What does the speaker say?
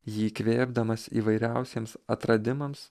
jį įkvėpdamas įvairiausiems atradimams